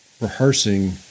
rehearsing